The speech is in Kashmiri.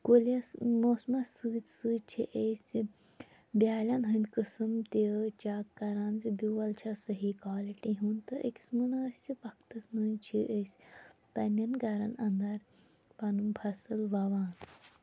کُلِس موسمَس سۭتۍ سۭتۍ چھِ أسۍ بیالٮ۪ن ہٕنٛدۍ قسم تہٕ چَک کَران زِ بیول چھَ سہی کالٹی ہُنٛد تہٕ أکِس مُنٲسِب وَقتَس مَنٛز چھِ أسۍ پَننن گَرَن اَندَر پَنُن فصل وَوان